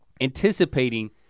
anticipating